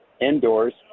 indoors